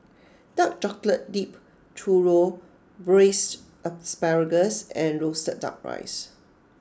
Dark Chocolate Dipped Churro Braised Asparagus and Roasted Duck Rice